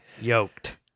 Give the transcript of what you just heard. Yoked